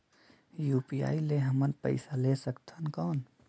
UPI ले हमन पइसा ले सकथन कौन?